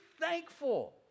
thankful